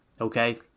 okay